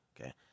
Okay